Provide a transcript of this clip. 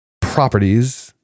properties